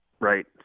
right